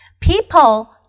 People